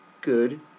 good